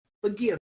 Forgive